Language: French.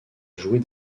jouer